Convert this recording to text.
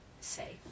Say